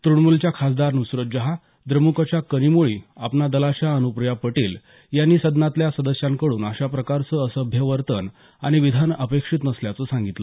तुणमूलच्या खासदार नुसरत जहां द्रमुकच्या कनमोळी अपना दलच्या अनुप्रिया पटेल यांनी सदनातल्या सदस्याकडून अशा प्रकारचं असभ्य वर्तन आणि विधान अपेक्षित नसल्याचं सांगितलं